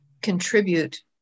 contribute